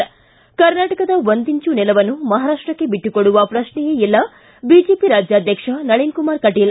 ಿ ಕರ್ನಾಟಕದ ಒಂದಿಂಚು ನೆಲವನ್ನು ಮಹಾರಾಷ್ಟಕ್ಕೆ ಬಿಟ್ಟು ಕೊಡುವ ಪ್ರಶ್ನೆಯೇ ಇಲ್ಲಿ ಬಿಜೆಪಿ ರಾಜ್ಯಾಧ್ಯಕ್ಷ ನಳಿನ್ಕುಮಾರ್ ಕಟೀಲ್